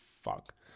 fuck